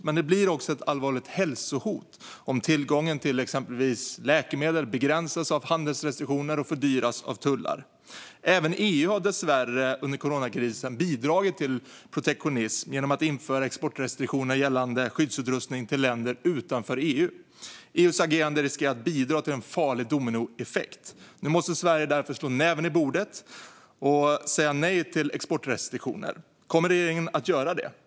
Men den blir också ett allvarligt hälsohot om tillgången till exempelvis läkemedel begränsas av handelsrestriktioner och fördyras av tullar. Även EU har dessvärre under coronakrisen bidragit till protektionism genom att införa exportrestriktioner gällande skyddsutrustning till länder utanför EU. EU:s agerande riskerar att bidra till en farlig dominoeffekt. Därför måste Sverige nu slå näven i bordet och säga nej till exportrestriktioner. Kommer regeringen att göra det?